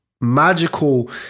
magical